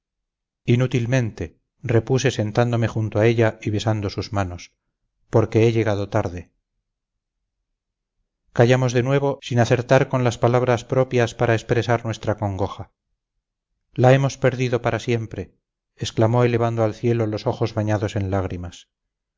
inútilmente repuse sentándome junto a ella y besando sus manos porque he llegado tarde callamos de nuevo sin acertar con las palabras propias para expresar nuestra congoja la hemos perdido para siempre exclamó elevando al cielo los ojos bañados en lágrimas